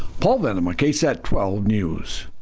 paul venema ksat twelve news.